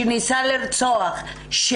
שניסה לרצוח,